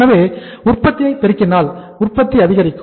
எனவே உற்பத்தியை பெருக்கினால் உற்பத்தி அதிகரிக்கும்